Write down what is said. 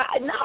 No